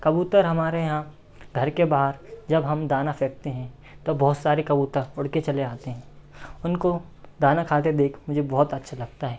कबूतर हमारे यहाँ घर के बाहर जब हम दाना फेंकते हैं तो बहुत सारे कबूतर उड़ के चले आते हैं उनको दाना खाते देख मुझे बहुत अच्छा लगता है